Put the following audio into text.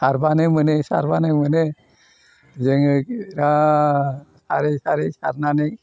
सारबानो मोनो सारबानो मोनो जोङो बेराद सारै सारै सारनानै